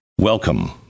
Welcome